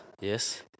Yes